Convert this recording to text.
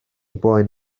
boen